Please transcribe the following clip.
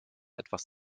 etwas